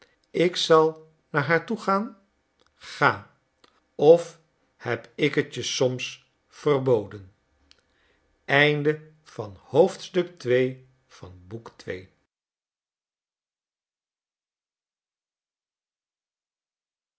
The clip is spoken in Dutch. ik zal naar haar toe gaan ga of heb ik het je soms verboden